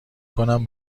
کنم